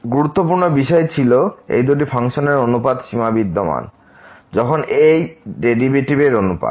গুরুত্বপূর্ণ বিষয় ছিল এই দুটি ফাংশনের অনুপাতের সীমা বিদ্যমান যখন এই ডেরিভেটিভের অনুপাত